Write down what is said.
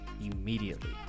immediately